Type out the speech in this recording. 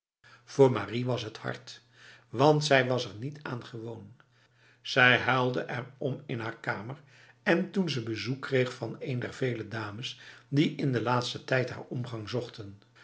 voor marie was het hard want zij was er niet aan gewoon ze huilde erom in haar kamer en toen ze bezoek kreeg van een der vele dames die in de laatste tijd haar omgang zochten